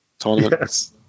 tournament